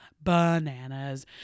bananas